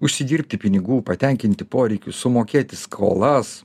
užsidirbti pinigų patenkinti poreikius sumokėti skolas